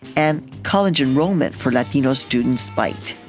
and college enrollment for latino students spiked.